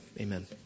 Amen